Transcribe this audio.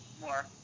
more